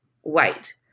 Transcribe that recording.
white